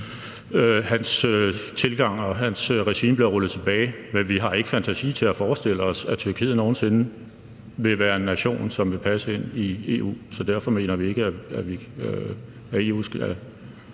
Erdogans tilgang og hans regime bliver rullet tilbage, men vi har ikke fantasi til at forestille os, at Tyrkiet nogen sinde vil være en nation, som vil passe ind i EU, så derfor mener vi ikke, at Tyrkiet